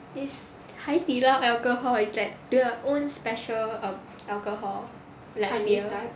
is 海底捞 alcohol is like their own special um alcohol like beer